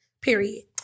period